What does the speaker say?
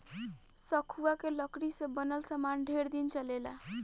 सखुआ के लकड़ी से बनल सामान ढेर दिन चलेला